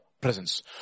presence